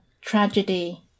tragedy